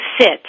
sit